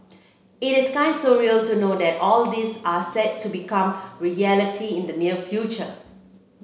it is kind surreal to know that all this are set to become reality in the near future